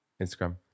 Instagram